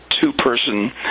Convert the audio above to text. two-person